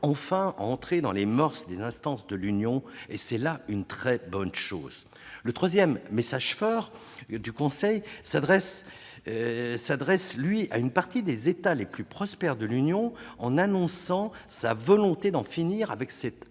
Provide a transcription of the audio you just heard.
enfin à entrer dans les moeurs des instances de l'Union ; c'est là une très bonne chose. Le troisième message fort du Conseil s'adresse à une partie des États les plus prospères de l'Union : il annonce sa volonté d'en finir avec